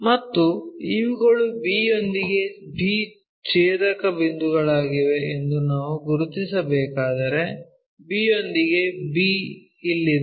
ಮತ್ತು ಇವುಗಳು b ಯೊಂದಿಗೆ b ಛೇದಕ ಬಿಂದುಗಳಾಗಿವೆ ಎಂದು ನಾವು ಗುರುತಿಸಬೇಕಾದರೆ b ಯೊಂದಿಗೆ b ಇಲ್ಲಿದೆ